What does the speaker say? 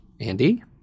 Andy